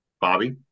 Bobby